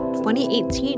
2018